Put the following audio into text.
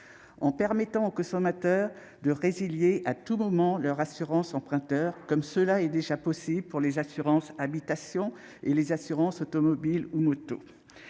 En permettant aux consommateurs de résilier à tout moment leur assurance emprunteur, sur le modèle de ce qui est déjà possible pour les assurances habitation et les assurances automobile ou moto.